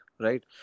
right